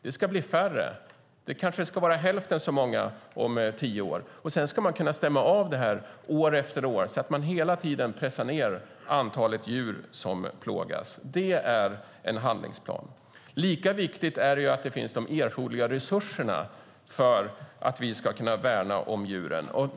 De ska bli färre. Det kanske ska vara hälften så många om tio år. Detta ska sedan stämmas av år efter år för att kontrollera att antalet djur som plågas hela tiden verkligen minskar. Det är en handlingsplan. Lika viktigt är att de erforderliga resurserna finns för att vi ska kunna värna om djuren.